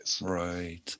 Right